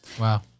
Wow